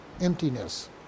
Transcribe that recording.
emptiness